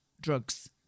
drugs